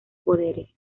poderes